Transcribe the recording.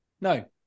No